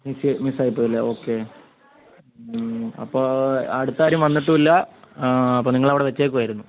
miss മിസ്സായിപ്പോയല്ലേ okay അപ്പോൾ അടുത്താരും വന്നിട്ടുമില്ല നിങ്ങളവിടെ വെച്ചേക്കുവായിരുന്നു